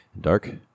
dark